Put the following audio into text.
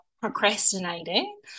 procrastinating